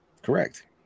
Correct